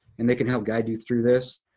and they can help guide you through this.